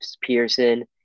Pearson